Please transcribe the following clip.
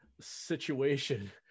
situation